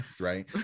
right